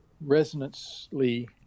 resonantly